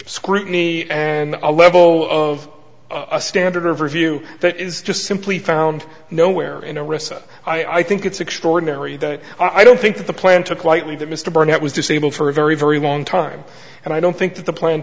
scrutiny and a level of a standard of review that is just simply found nowhere in a recess i think it's extraordinary that i don't think that the plane took lightly that mr barnett was disabled for a very very long time and i don't think that the plan